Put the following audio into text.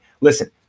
Listen